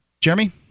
Jeremy